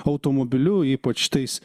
automobiliu ypač tais